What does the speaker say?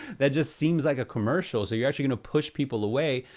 that just seems like a commercial so you're actually gonna push people away,